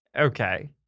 Okay